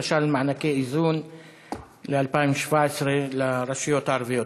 למשל מענקי איזון ל-2017 לרשויות הערביות.